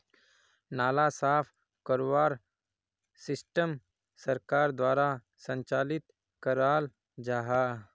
नाला साफ करवार सिस्टम सरकार द्वारा संचालित कराल जहा?